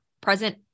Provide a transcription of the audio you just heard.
present